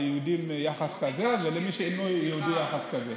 ליהודים יחס כזה ולמי שאינו יהודי יחס כזה.